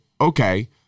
okay